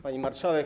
Pani Marszałek!